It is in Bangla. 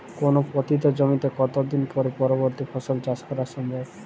কোনো পতিত জমিতে কত দিন পরে পরবর্তী ফসল চাষ করা সম্ভব?